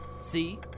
See